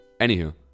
Anywho